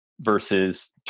versus